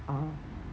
um